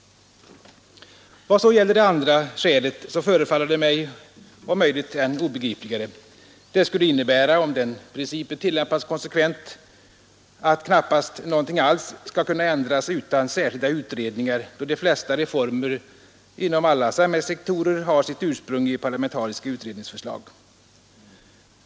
Vad beträffar det andra skälet förefaller det mig om möjligt ännu mera obegripligt. Om den principen konsekvent tillämpades, så skulle det innebära att knappast något alls skulle kunna ändras utan särskilda utredningar, eftersom de flesta reformer inom alla samhällssektorer har sitt ursprung i parlamentariska utredningsförslag.